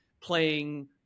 playing